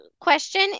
question